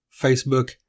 Facebook